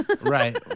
Right